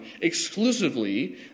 exclusively